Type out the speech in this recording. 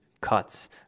cuts